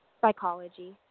Psychology